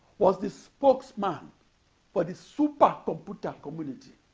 was the spokesman for the supercomputer community.